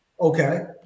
Okay